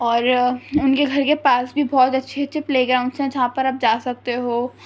اور ان کے گھر کے پاس بھی بہت اچھے اچھے پلے گراؤنڈس ہیں جہاں پر آپ جا سکتے ہو